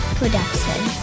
Production